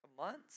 months